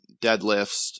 deadlifts